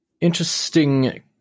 Interesting